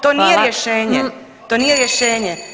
To nije rješenje, to nije rješenje.